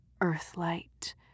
earthlight